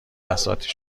بساطی